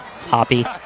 Poppy